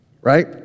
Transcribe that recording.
Right